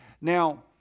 now